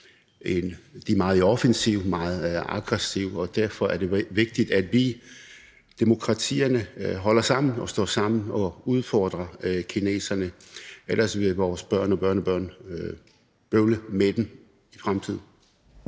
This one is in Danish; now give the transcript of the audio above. de er meget i offensiven og meget aggressive. Derfor er det vigtigt, at vi, demokratierne, holder sammen, står sammen og udfordrer kineserne. Ellers vil vores børn og børnebørn bøvle med dem i fremtiden.